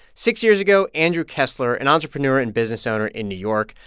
six years ago, andrew kessler, an entrepreneur and business owner in new york,